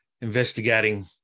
investigating